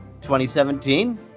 2017